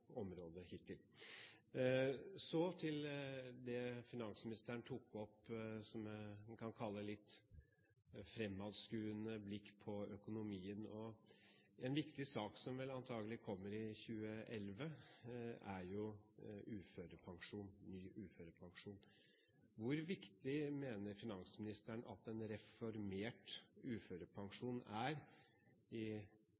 hittil. Så til det som finansministeren tok opp, som en kan kalle litt fremadskuende blikk på økonomien. En viktig sak som vel antakelig kommer i 2011, er jo ny uførepensjon. Hvor viktig mener finansministeren at en reformert